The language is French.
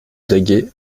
daguet